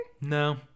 No